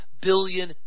billion